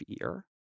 ear